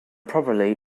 properly